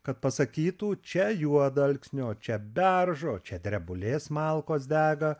kad pasakytų čia juodalksnio čia beržo čia drebulės malkos dega